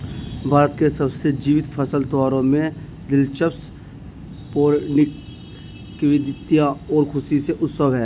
भारत के सबसे जीवंत फसल त्योहारों में दिलचस्प पौराणिक किंवदंतियां और खुशी के उत्सव है